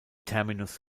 terminus